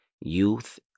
youth